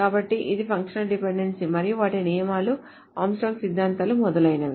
కాబట్టి ఇది functional dependency మరియు వాటి నియమాలు ఆర్మ్స్ట్రాంగ్ సిద్ధాంతాలు మొదలైనవి